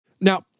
Now